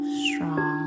strong